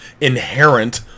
inherent